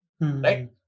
right